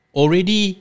already